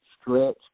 Stretch